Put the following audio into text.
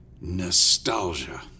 Nostalgia